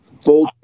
Full